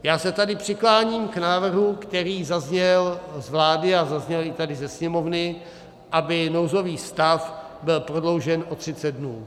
Já se tady přikláním k návrhu, který zazněl z vlády a zazněl i tady ze Sněmovny, aby nouzový stav byl prodloužen o třicet dnů.